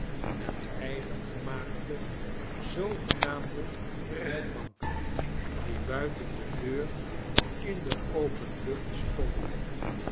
en eigengemaakte zoogenaamde rechtbanken die buiten de deur in de open lucht stonden